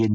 N